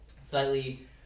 slightly